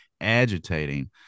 agitating